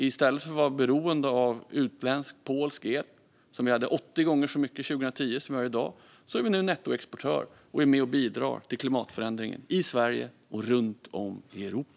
I stället för att vara beroende av utländsk polsk el som vi hade 80 gånger så mycket av 2010 som i dag är vi nu nettoexportör och är med och bidrar till klimatförändringen i Sverige och runt om i Europa.